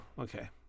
okay